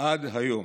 עד היום.